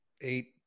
eight